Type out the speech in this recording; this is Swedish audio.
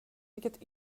vilket